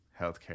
healthcare